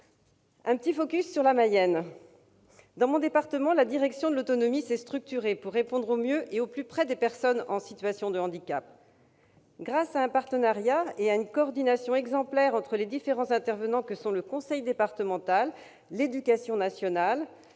que je connais bien. Dans mon département, la direction de l'autonomie s'est structurée pour répondre au mieux et au plus près des personnes en situation de handicap. Grâce à un partenariat et une coordination exemplaire entre les différents intervenants que sont le conseil départemental, l'éducation nationale,